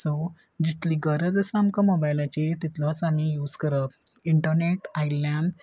so जितली गरज आसा आमकां मोबायलाची तितलोच आमी यूज करप इंटरनेट आयिल्ल्यान